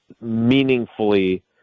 meaningfully